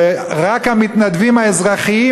ורק המתנדבים האזרחים,